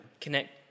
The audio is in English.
connect